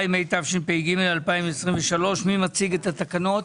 2), התשפ"ג 2023. מי מציג את התקנות?